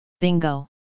Bingo